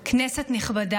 כנסת נכבדה,